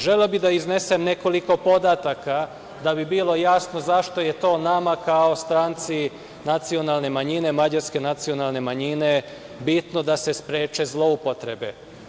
Želeo bih da iznesem nekoliko podataka, da bi bilo jasno zašto je to nama kao stranci nacionalne manjine, mađarske nacionalne manjine, bitno da se spreče zloupotrebe.